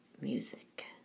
Music